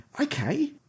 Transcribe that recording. okay